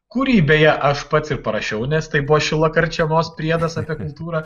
kurį beje aš pats ir parašiau nes tai buvo šilo karčemos priedas apie kultūrą